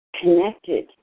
connected